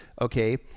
okay